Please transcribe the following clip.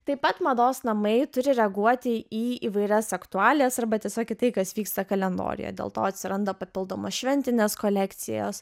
taip pat mados namai turi reaguoti į įvairias aktualijas arba tiesiog į tai kas vyksta kalendoriuje dėl to atsiranda papildomos šventinės kolekcijos